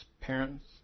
parents